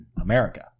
America